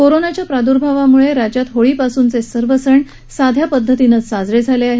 कोरोनाच्या प्रादर्भावामुळे राज्यात होळीपासुनचे सर्व सण साध्या पदधतीनंच साजरे झाले आहेत